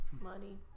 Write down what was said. Money